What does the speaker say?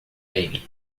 ele